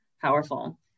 powerful